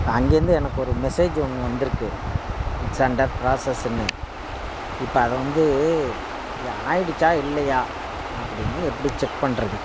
இப்போ அங்கேருந்து எனக்கு ஒரு மெசேஜ் ஒன்று வந்துருக்கு இட்ஸ் அண்டர் ப்ராஸஸுன்னு இப்போ அதை வந்து ஆயிடுச்சா இல்லையா அப்படின்னு எப்படி செக் பண்ணுறது